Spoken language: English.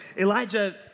Elijah